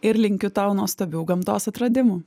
ir linkiu tau nuostabių gamtos atradimų